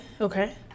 okay